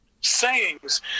sayings